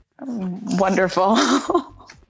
Wonderful